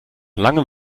langem